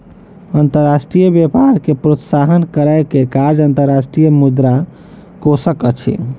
अंतर्राष्ट्रीय व्यापार के प्रोत्साहन करै के कार्य अंतर्राष्ट्रीय मुद्रा कोशक अछि